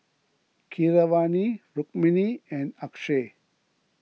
Keeravani Rukmini and Akshay